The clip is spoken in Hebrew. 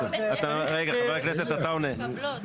רגע, חבר הכנסת עטאונה,